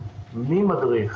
מי מדריך.